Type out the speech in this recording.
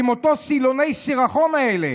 עם אותם סילוני סירחון האלה?